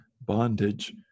bondage